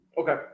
Okay